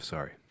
Sorry